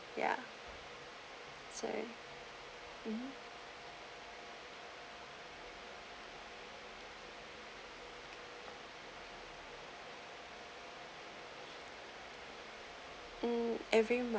ya so mmhmm hmm every month